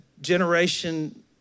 generation